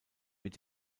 mit